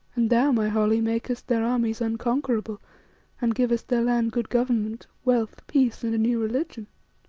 and thou, my holly, makest their armies unconquerable and givest their land good government, wealth, peace, and a new religion.